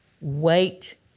Wait